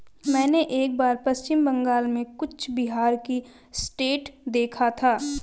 मैंने एक बार पश्चिम बंगाल में कूच बिहार टी एस्टेट देखा था